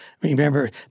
Remember